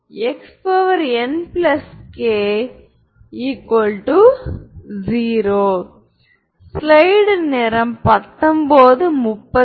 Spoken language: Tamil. எனவே நாம் அதை எப்படி நிரூபிப்பது